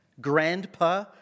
Grandpa